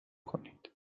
کنید